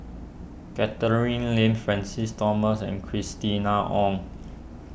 Catherine Lim Francis Thomas and Christina Ong